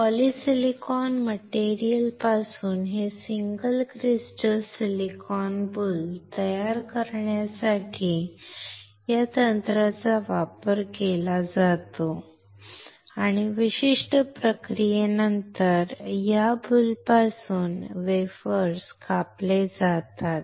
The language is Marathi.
पॉलिसिलिकॉन मटेरियलपासून हे सिंगल क्रिस्टल सिलिकॉन बुल तयार करण्यासाठी या तंत्राचा वापर केला जातो आणि विशिष्ट प्रक्रियेनंतर या बुल पासून वेफर्स कापले जातात